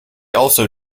also